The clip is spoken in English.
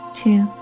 two